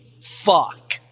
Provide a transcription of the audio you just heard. fuck